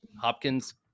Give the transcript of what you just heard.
Hopkins